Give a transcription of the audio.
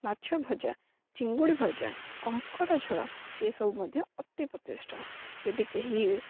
ମାଛ ଭଜା ଚିଙ୍ଗୁଡ଼ି ଭଜା କଙ୍କଡ଼ା ଝୋଳ ଏସବୁ ମଧ୍ୟ ଅତି ପ୍ରତିଷ୍ଠ ଯଦି କେହି